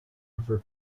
river